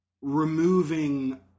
removing